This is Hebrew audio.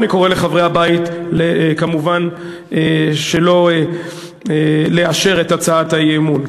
ואני קורא לחברי הבית כמובן שלא לאשר את הצעת האי-אמון.